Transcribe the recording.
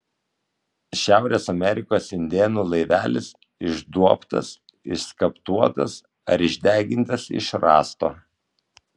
šiaurės amerikos indėnų laivelis išduobtas išskaptuotas ar išdegintas iš rąsto